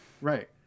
right